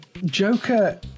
Joker